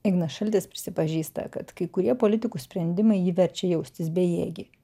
ignas šaltis prisipažįsta kad kai kurie politikų sprendimai jį verčia jaustis bejėgį